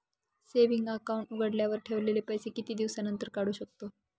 Saving account उघडल्यावर ठेवलेले पैसे किती दिवसानंतर काढू शकतो?